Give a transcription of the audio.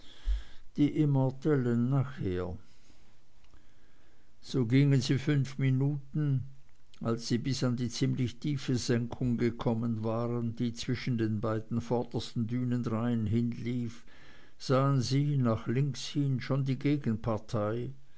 die immortellen nachher so gingen sie fünf minuten als sie bis an die ziemlich tiefe senkung gekommen waren die zwischen den beiden vordersten dünenreihen hinlief sahen sie nach links hin schon die